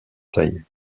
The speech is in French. taillées